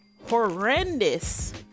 horrendous